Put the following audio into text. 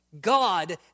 God